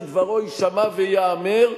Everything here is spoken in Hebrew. שדברו יישמע וייאמר,